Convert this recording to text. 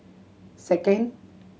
second